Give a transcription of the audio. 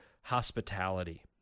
hospitality